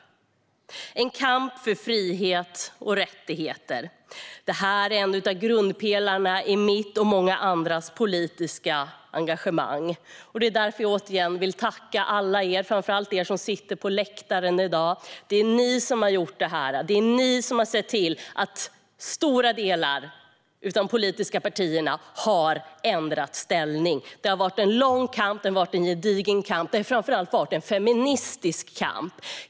Det är en kamp för frihet och rättigheter. Det är en av grundpelarna i mitt och många andras politiska engagemang. Därför vill jag återigen tacka alla er. Framför allt vill jag tacka alla er som sitter på läktaren i dag. Det är ni som har sett till att stora delar av de politiska partierna har ändrat ståndpunkt. Det har varit en lång och gedigen kamp. Det har framför allt varit en feministisk kamp.